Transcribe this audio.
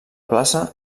plaça